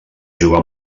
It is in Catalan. jugar